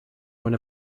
one